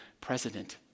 president